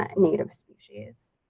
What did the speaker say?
ah native species,